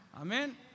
Amen